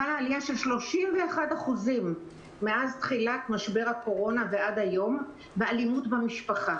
חלה עלייה של 31% מאז תחילת משבר הקורונה ועד היום באלימות במשפחה.